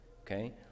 okay